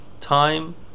time